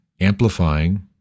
amplifying